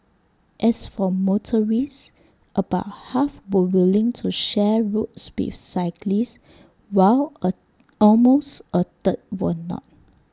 as for motorists about half were willing to share roads with cyclists while A almost A third were not